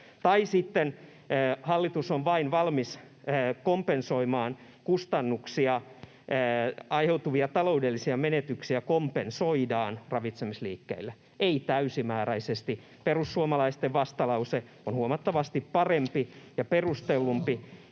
Tai sitten hallitus on vain valmis kompensoimaan ravitsemisliikkeille aiheutuvia taloudellisia menetyksiä — ei täysimääräisesti. Perussuomalaisten vastalause on huomattavasti parempi ja perustellumpi,